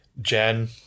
Jen